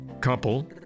couple